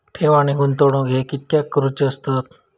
ठेव आणि गुंतवणूक हे कित्याक करुचे असतत?